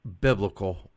biblical